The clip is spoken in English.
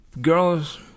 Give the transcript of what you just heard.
girls